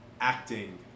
acting